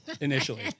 initially